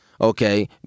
Okay